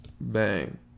Bang